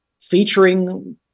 featuring